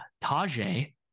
Tajay